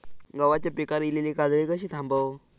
गव्हाच्या पिकार इलीली काजळी कशी थांबव?